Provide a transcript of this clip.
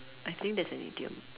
I think that's an idiom